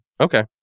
Okay